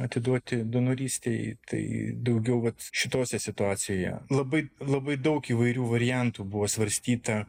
atiduoti donorystei tai daugiau vat šitose situacija labai labai daug įvairių variantų buvo svarstyta